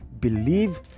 believe